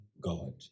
God